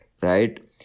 Right